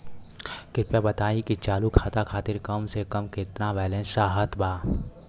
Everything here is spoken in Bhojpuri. कृपया बताई कि चालू खाता खातिर कम से कम केतना बैलैंस चाहत बा